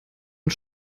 und